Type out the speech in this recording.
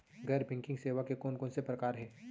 गैर बैंकिंग सेवा के कोन कोन से प्रकार हे?